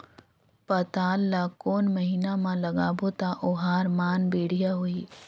पातल ला कोन महीना मा लगाबो ता ओहार मान बेडिया होही?